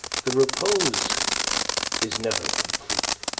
the repose is never complete.